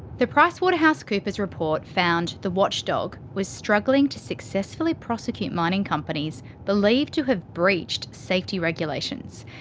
the pricewaterhousecoopers report found the watchdog was struggling to successfully prosecute mining companies believed to have breached safety regulations.